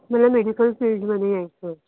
मला मेडिकल फील्डमध्ये यायचं आहे